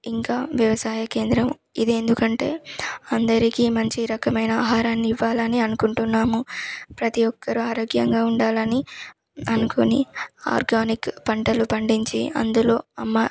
ఇంకా వ్యవసాయ కేంద్రం ఇదెందుకంటే అందరికీ మంచి రకమైన ఆహారాన్ని ఇవ్వాలని అనుకుంటున్నాము ప్రతీ ఒక్కరూ ఆరోగ్యంగా ఉండాలని అనుకుని ఆర్గానిక్ పంటలు పండించి అందులో అమ్మ